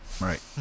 right